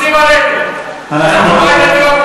אתם אפוטרופוסים עלינו.